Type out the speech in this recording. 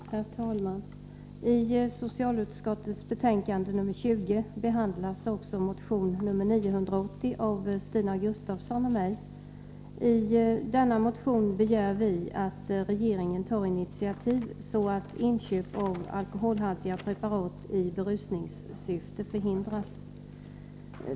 Herr talman! I socialutskottets betänkande nr 20 behandlas också motion nr 980 av Stina Gustavsson och mig. I denna motion begär vi att regeringen tar initiativ så att inköp av alkoholhaltiga preparat i berusningssyfte förhindras.